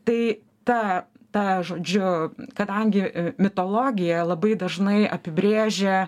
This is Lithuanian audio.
tai ta ta žodžiu kadangi mitologija labai dažnai apibrėžia